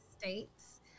States